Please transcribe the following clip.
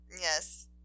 yes